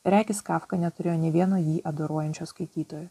regis kafka neturėjo nė vieno jį adoruojančio skaitytojo